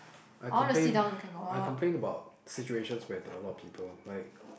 I complain I complain about situations where there are a lot of people like